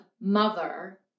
mother